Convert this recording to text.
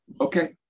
Okay